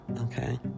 Okay